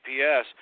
GPS